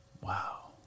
Wow